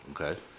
Okay